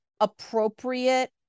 appropriate